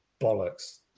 bollocks